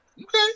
Okay